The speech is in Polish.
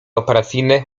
operacyjne